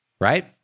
right